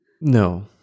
No